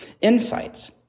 insights